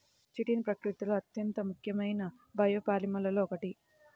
chitin ప్రకృతిలో అత్యంత ముఖ్యమైన బయోపాలిమర్లలో ఒకటి